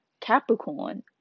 Capricorn